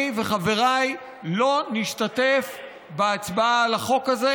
אני וחבריי לא נשתתף בהצבעה על החוק הזה,